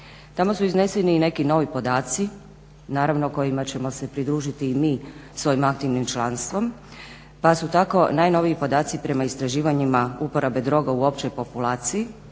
Tamo su izneseni i neki novi podaci, naravno kojima ćemo se pridružiti i mi svojim aktivnim članstvom pa su tako najnoviji podaci prema istraživanjima uporabe droga u općoj populaciji